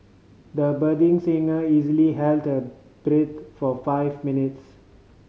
the budding singer easily held breath for five minutes